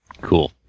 Cool